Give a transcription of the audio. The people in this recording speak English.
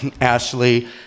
Ashley